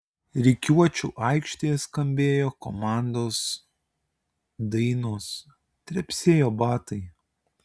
rikiuočių aikštėje skambėjo komandos dainos trepsėjo batai